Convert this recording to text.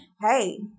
hey